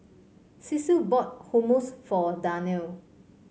Cecil bought Hummus for Darnell